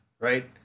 right